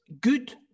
good